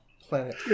planet